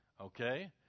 okay